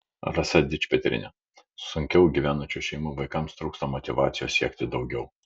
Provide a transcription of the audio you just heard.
rasa dičpetrienė sunkiau gyvenančių šeimų vaikams trūksta motyvacijos siekti daugiau